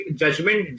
judgment